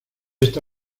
esta